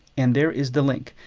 and there is the link.